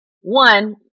One